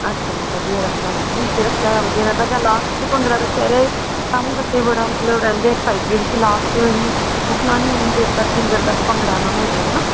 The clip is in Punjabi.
ਅੱਛਾ ਜੀ ਵਧੀਆ ਰਹਿੰਦਾ ਵਿਚ ਰੱਖਿਆ ਹੋਇਆ ਵਧੀਆ ਰਹਿੰਦਾ ਜਾਂ ਲਾਸਟ 'ਚ ਭੰਗੜਾ ਰੱਖਿਆ ਰਹੇ ਤਾਂ ਹੀ ਬੱਚੇ ਬੜਾ ਮਤਲਬ ਰਹਿੰਦੇ ਐਕਸਾਈਟਿਡ ਕਿ ਲਾਸਟ 'ਚ ਅਸੀਂ ਉੱਠਣਾ ਨਹੀਂ ਉੱਨੀ ਦੇਰ ਤੱਕ ਜਿੰਨੀ ਦੇਰ ਤੱਕ ਭੰਗੜਾ ਨਾ ਹੋ ਜੇ ਹੈ ਨਾ